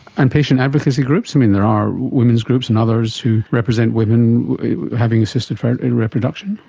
and patient advocacy groups? i mean, there are women's groups and others who represent women having assisted reproduction.